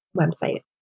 website